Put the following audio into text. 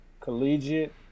collegiate